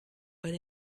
but